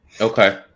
Okay